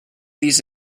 these